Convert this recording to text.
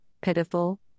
pitiful